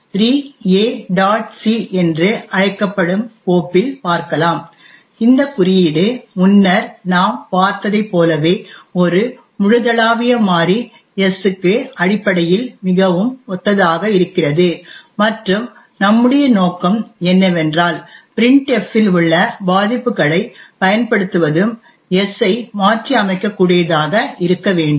c என்று அழைக்கப்படும் கோப்பில் பார்க்கலாம் இந்த குறியீடு முன்னர் நாம் பார்த்ததைப் போலவே ஒரு முழுதளாவிய மாறி s க்கு அடிப்படையில் மிகவும் ஒத்ததாக இருக்கிறது மற்றும் நம்முடைய நோக்கம் என்னவென்றால் printf இல் உள்ள பாதிப்புகளைப் பயன்படுத்துவதும் s ஐ மாற்றியமைக்கக்கூடியதாக இருக்க வேண்டும்